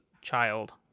child